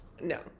No